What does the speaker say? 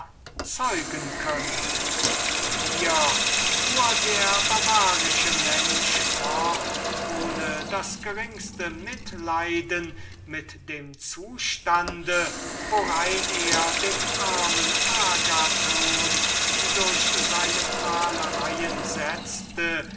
zeugen könnte hier fuhr der barbarische mensch fort ohne das geringste mitleiden mit dem zustande worein er den armen agathon durch seine prahlereien setzte